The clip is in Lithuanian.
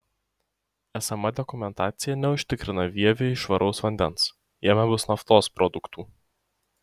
esama dokumentacija neužtikrina vieviui švaraus vandens jame bus naftos produktų